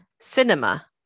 cinema